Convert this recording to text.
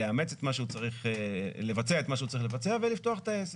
לבצע את מה שהוא צריך לבצע ולפתוח את העסק.